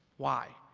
why?